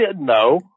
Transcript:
no